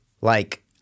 like-